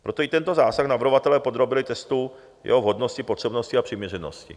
Proto i tento zásah navrhovatelé podrobili testu jeho vhodnosti, potřebnosti a přiměřenosti.